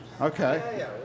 Okay